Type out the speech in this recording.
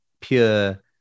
pure